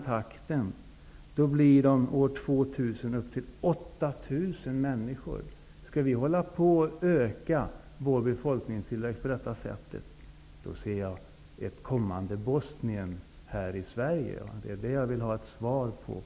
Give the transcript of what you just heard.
Fortsätter ökningen i den takten blir det sammanlagt 8 000 invandrare år 2000. Om vi skall öka vår befolkning på detta sätt, ser jag ett kommande Bosnien här i Sverige. Det var det som jag ville ha en kommentar om.